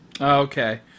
Okay